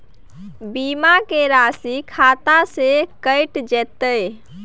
बीमा के राशि खाता से कैट जेतै?